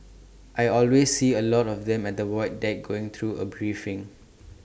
I always see A lot of them at the void deck going through A briefing